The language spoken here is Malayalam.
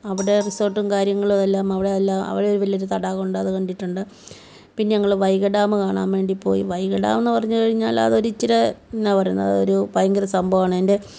അവിടെ റിസോർട്ടും കാര്യങ്ങളും എല്ലാം അവിടെ അല്ലാ അവിടെ ഒരു വലിയ തടാകം ഉണ്ട് അത് കണ്ടിട്ടുണ്ട് പിന്നെ ഞങ്ങൾ വൈഗാ ഡാമു കാണാൻ വേണ്ടി പോയി വൈഗാ ഡാമെന്ന് പറഞ്ഞ് കഴിഞ്ഞാൽ ഇച്ചിരി എന്നാ പറയുന്നത് ഒരു ഭയങ്കര സംഭവമാണ് എൻ്റെ